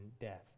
death